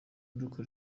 duka